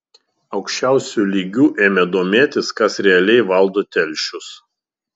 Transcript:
aukščiausiu lygiu ėmė domėtis kas realiai valdo telšius